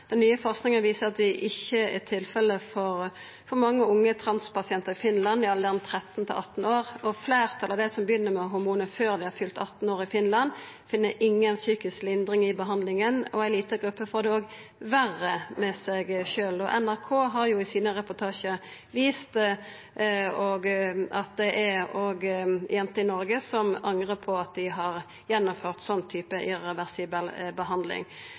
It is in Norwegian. Den nye forskinga viser at det ikkje er tilfellet for mange unge transpasientar i Finland i alderen 13–18 år. Fleirtalet av dei som begynner med hormonbehandling før dei har fylt 18 år i Finland, finn inga psykisk lindring i behandlinga, og ei lita gruppe får det også verre med seg sjølv. NRK har jo i sine reportasjar vist at det òg er jenter i Noreg som angrar på at dei har gjennomført ein sånn type irreversibel behandling.